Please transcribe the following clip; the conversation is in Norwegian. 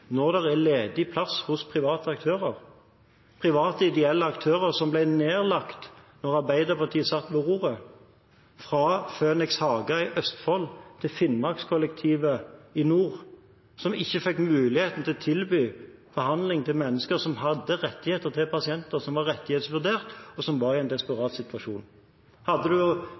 når det er ledig plass hos private aktører – private ideelle aktører som ble nedlagt da Arbeiderpartiet satt ved roret, fra Phoenix Haga i Østfold til Finnmarkskollektivet i nord, som ikke fikk muligheten til å tilby behandling til mennesker som hadde rettigheter, til pasienter som var rettighetsvurdert, og som var i en